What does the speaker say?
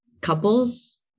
couples